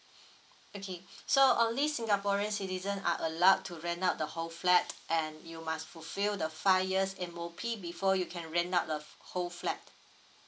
okay so only singaporeans citizen are allowed to rent out the whole flat and you must fulfil the five years M_O_P before you can rent out the whole flat